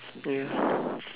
ya